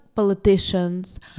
Politicians